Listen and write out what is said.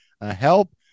help